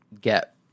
get